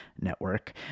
network